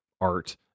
art